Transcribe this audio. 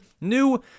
new